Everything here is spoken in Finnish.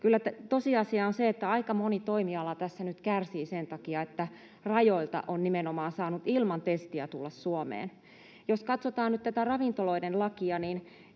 tosiasia on se, että aika moni toimiala tässä nyt kärsii sen takia, että rajoilta on nimenomaan saanut ilman testiä tulla Suomeen. Jos katsotaan nyt tätä ravintoloiden lakia